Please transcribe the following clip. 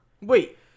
Wait